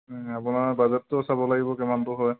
আপোনাৰ বাজেটটো চাব লাগিব কিমানটো হয়